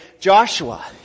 Joshua